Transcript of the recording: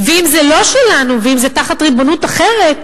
ואם זה לא שלנו, ואם זה תחת ריבונות אחרת,